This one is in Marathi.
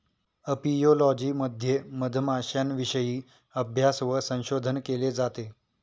अपियोलॉजी मध्ये मधमाश्यांविषयी अभ्यास व संशोधन केले जाते